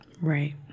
Right